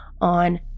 on